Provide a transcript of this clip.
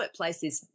workplaces